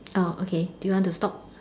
okay do you want to stop